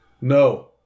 No